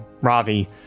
Ravi